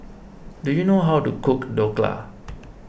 do you know how to cook Dhokla